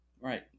right